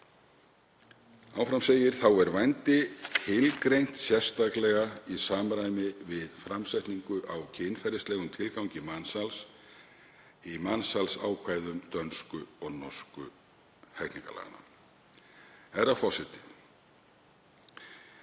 gr. a. Þá er „vændi“ tilgreint sérstaklega í samræmi við framsetningu á kynferðislegum tilgangi mansals í mansalsákvæðum dönsku og norsku hegningarlaganna.“ Herra forseti.